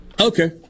Okay